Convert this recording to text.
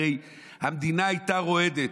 הרי המדינה הייתה רועדת,